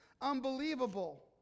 unbelievable